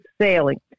sailing